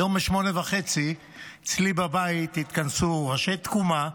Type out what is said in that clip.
היום ב-08:30 אצלי בבית התכנסו ראשי תקומה,